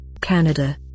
Canada